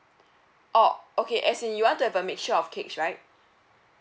oh okay as in you want to have a mixture of cakes right